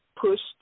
pushed